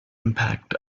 impact